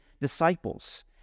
disciples